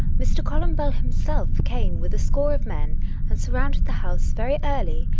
mr. columbell himself came with a score of men and surrounded the house very early,